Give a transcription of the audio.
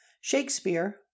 Shakespeare